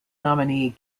nominee